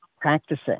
practicing